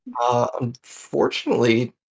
Unfortunately